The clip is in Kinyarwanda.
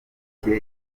itike